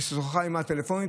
ששוחחה איתה טלפונית,